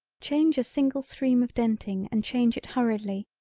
change a single stream of denting and change it hurriedly,